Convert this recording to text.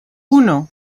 uno